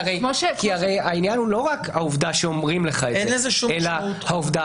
העניין הוא לא רק העובדה שאומרים לך את זה אלא העובדה